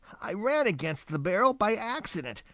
i ran against the barrel by accident,